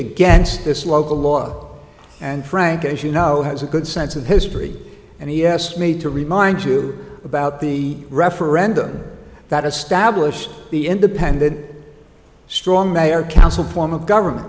against this local law and frank as you know has a good sense of history and he asked me to remind you about the referendum that established the independent strong mayor council to form a government